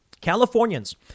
Californians